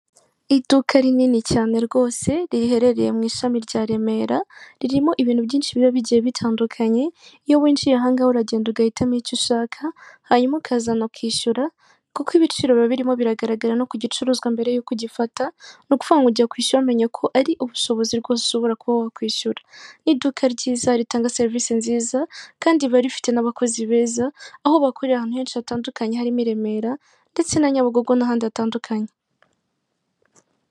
Iduka rinini cyane rwose riherereye mu ishami rya Remera. Ririmo ibintu byinshi biba bigiye bitandukanye iyo winjiye ahangaha uragenda ugahitamo icyo ushaka, hanyuma ukazana ukishyura kuko ibiciro biba birimo biragaragara no ku gicuruzwa mbere y'uko ugifata, ni ukuvuga ngo ujya kwishyura wamenye ko ari ubushobozi bwo ushobora wakwishyura. Ni iduka ryiza ritanga serivisi nziza kandi riba rifite n'abakozi beza aho bakorera ahantu henshi hatandukanye harimo i Remera ndetse na Nyabugogo n'ahandi hatandukanye.